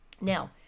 now